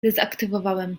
dezaktywowałem